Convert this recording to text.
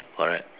correct